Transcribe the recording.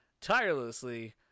tirelessly